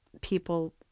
people